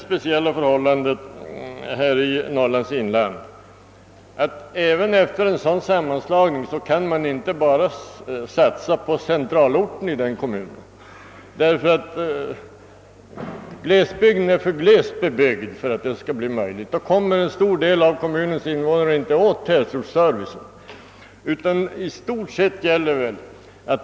Speciella förhållanden i Norrlands inland gör dessutom att man efter en sådan kommunsammanslagning inte bara kan satsa på centralorten i kommunen. Glesbygden är nämligen alltför glest bebyggd för att detta skall vara möjligt. Därigenom skulle en stor del av kommunens invånare inte kunna komma i åtnjutande av tätortsservice.